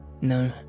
No